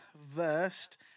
versed